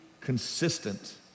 consistent